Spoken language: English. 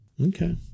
okay